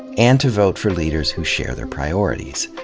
and to vote for leaders who share their priorities.